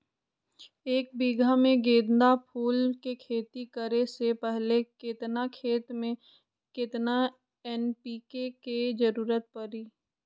एक बीघा में गेंदा फूल के खेती करे से पहले केतना खेत में केतना एन.पी.के के जरूरत परी?